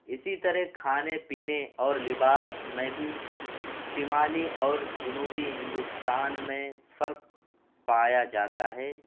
اسی طرح کھانے پینے اور لباس میں بھی شمالی اور جنوبی ہندوستان میں فرق پایا جاتا ہے